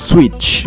Switch